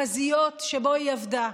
החזיות שבו היא עבדה.